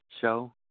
show